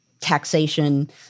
taxation